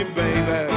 baby